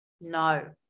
no